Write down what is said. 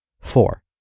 Four